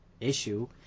issue